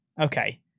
okay